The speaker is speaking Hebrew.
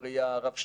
בראייה רב שנתית.